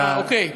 אה, אוקיי.